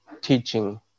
teaching